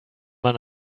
man